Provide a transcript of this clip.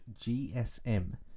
GSM